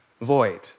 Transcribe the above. void